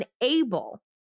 unable